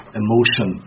emotion